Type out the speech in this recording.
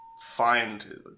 find